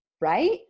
Right